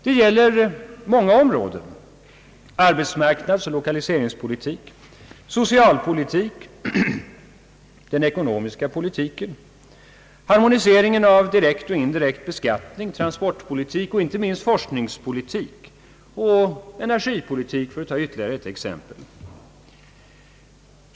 Det gäller många områden: arbetsmarknadsoch lokaliseringspolitik, socialpolitik, den ekonomiska politiken, harmonieringen av direkt och indirekt beskattning, transportpolitik och inte minst forskningspolitik och energipolitik, för att nämna några exempel.